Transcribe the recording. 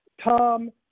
Tom